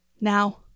Now